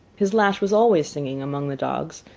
his lash was always singing among the dogs,